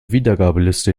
wiedergabeliste